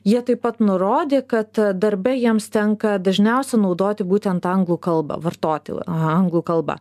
jie taip pat nurodė kad darbe jiems tenka dažniausia naudoti būtent anglų kalbą vartoti anglų kalbą